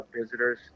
visitors